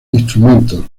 instrumentos